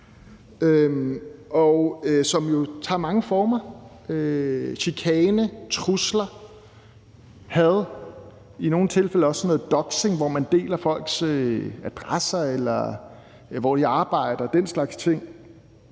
som jo antager mange former: chikane, trusler, hadtale og i nogle tilfælde også sådan noget doxing, hvor man deler folks adresser eller oplyser, hvor de arbejder og den slags ting.